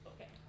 okay